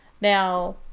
Now